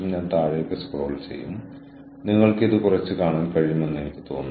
കൂടാതെ ക്ലയന്റുകളുടെ ആവശ്യങ്ങൾ നിങ്ങൾ എങ്ങനെ കൈകാര്യം ചെയ്യുന്നു